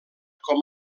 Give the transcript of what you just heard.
com